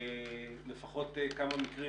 לפחות כמה מקרים,